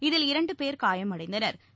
இதில் இரண்டு பேர் காயமடைந்தனா்